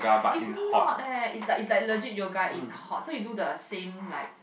is not leh is like is like legit yoga in hot so you do the same like